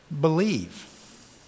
believe